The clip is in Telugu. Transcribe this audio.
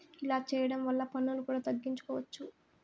ఇలా చేయడం వల్ల పన్నులు కూడా తగ్గించుకోవచ్చు